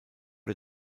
der